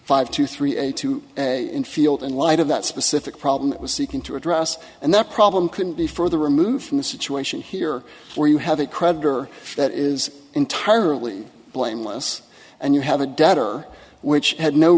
five to three a two a field in light of that specific problem that was seeking to address and that problem couldn't be further removed from the situation here where you have a creditor that is entirely blameless and you have a debtor which had no